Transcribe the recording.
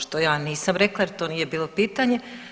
Što ja nisam rekla jer to nije bilo pitanje.